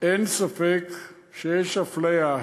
אין ספק שיש אפליה,